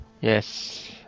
yes